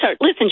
Listen